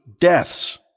deaths